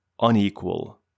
unequal